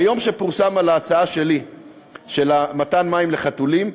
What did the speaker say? ביום שפורסמה ההצעה שלי למתן מים לחתולים,